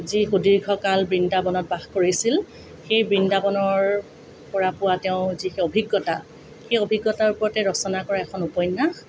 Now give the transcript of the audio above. যি সুদীৰ্ঘ কাল বৃন্দাবনত বাস কৰিছিল সেই বৃন্দাবনৰ পৰা পোৱা তেওঁ যি অভিজ্ঞতা সেই অভিজ্ঞতাৰ ওপৰতে ৰচনা কৰা এখন উপন্যাস